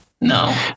no